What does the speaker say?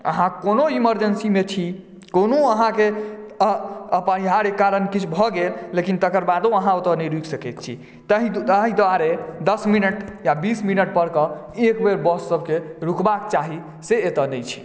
अहाँ कोनो एमर्जेन्सी मे छी कोनो अहाँके अपरिहार्य कारण किछु भऽ गेल लेकिन तेकर बादो अहाँ ओतय नहि रुकि सकैत छी ताहि दुआरे दस मिनटक या बीस मिनट परकऽ एक बेर बससभके रुकबाक चाही से एतय नहि छै